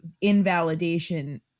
invalidation